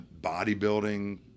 bodybuilding